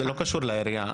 זה לא קשור לעירייה.